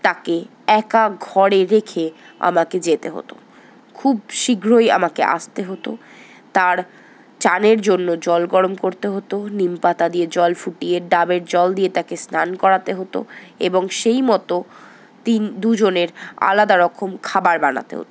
তাকে একা ঘরে রেখে আমাকে যেতে হতো খুব শীঘ্রই আমাকে আসতে হতো তার চানের জন্য জল গরম করতে হতো নিমপাতা দিয়ে জল ফুটিয়ে ডাবের জল দিয়ে তাকে স্নান করাতে হতো এবং সেই মতো তিন দুজনের আলাদারকম খাবার বানাতে হতো